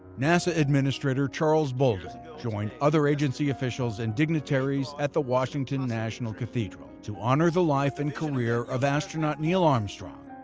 nasa administrator charles bolden joined other agency officials and dignitaries at the washington national cathedral to honor the life and career of astronaut neil armstrong,